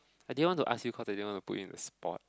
I didn't want to you cause I didn't want put in a sport